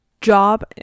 job